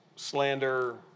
slander